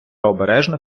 обережно